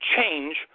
change